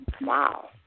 Wow